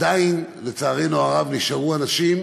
עדיין לצערנו הרב, נשארו אנשים